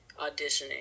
auditioning